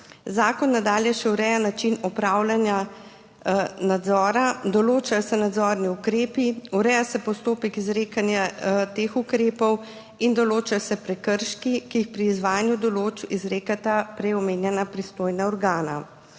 Zakon nadalje ureja še način opravljanja nadzora, določajo se nadzorni ukrepi, ureja se postopek izrekanja teh ukrepov in določajo se prekrški, ki jih pri izvajanju določb izrekata prej omenjena pristojna organa.